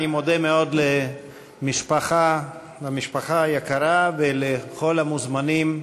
אני מודה מאוד למשפחה היקרה ולכל המוזמנים,